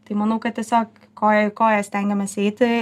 tai manau kad tiesiog koja į koją stengiamės eiti